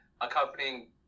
accompanying